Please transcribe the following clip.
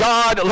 God